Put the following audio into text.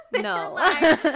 no